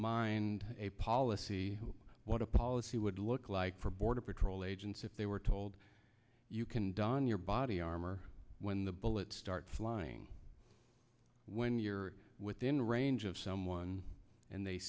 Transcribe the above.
mind a policy what a policy would look like for border patrol agents if they were told you can don your body armor when the bullets start flying when you're within range of someone and they